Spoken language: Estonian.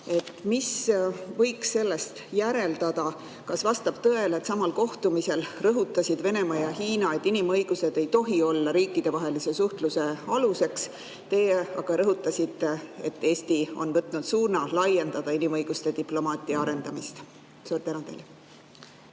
Mida võiks sellest järeldada? Kas vastab tõele, et samal kohtumisel rõhutasid Venemaa ja Hiina, et inimõigused ei tohi olla riikidevahelise suhtluse aluseks? Teie aga rõhutasite, et Eesti on võtnud suuna laiendada inimõiguste diplomaatia arendamist. Austatud